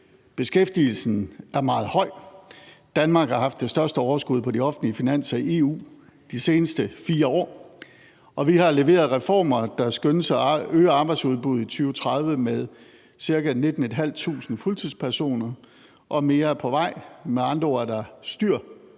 Beskæftigelsen er meget høj. Danmark har haft det største overskud på de offentlige finanser i EU de seneste 4 år, og vi har leveret reformer, der skønnes at øge arbejdsudbuddet i 2030 med ca. 19.500 fuldtidspersoner, og mere er på vej. Med andre ord er der styr